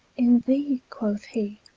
in thee, quoth he,